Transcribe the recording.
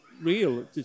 real